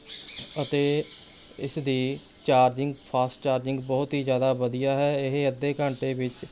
ਅਤੇ ਇਸ ਦੀ ਚਾਰਜਿੰਗ ਫਾਸਟ ਚਾਰਜਿੰਗ ਬਹੁਤ ਹੀ ਜ਼ਿਆਦਾ ਵਧੀਆ ਹੈ ਇਹ ਅੱਧੇ ਘੰਟੇ ਵਿੱਚ